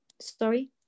Sorry